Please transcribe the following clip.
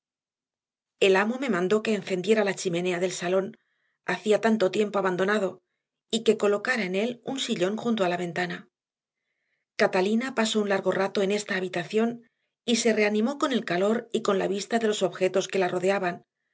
el amo me mandó que encendiera la chimenea del salón hacía tanto tiempo abandonado y que colocara en él un sillón junto a la ventana catalina pasó un largo rato en esta habitación y se reanimó con el calor y con la vista de los objetos que la rodeaban